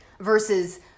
versus